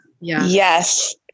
Yes